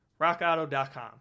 RockAuto.com